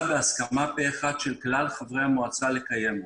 בהסכמה פה אחד של כלל חברי המועצה לקיים אותה.